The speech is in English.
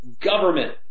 government